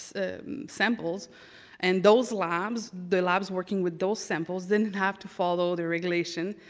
so samples and those labs, the labs working with those samples didn't have to follow the regulation,